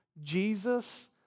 Jesus